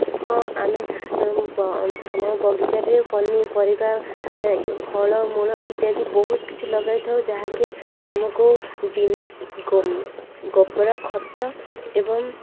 ହଁ ଆମେ ଆମ ବଗିଚାଠାରେ ପନିପରିବା ଫଳମୂଳ ଇତ୍ୟାଦି ବହୁତ କିଛି ଲଗାଇଥାଉ ଯାହାକି ଆମକୁ ବି ଗୋବର ଖତ ଏବଂ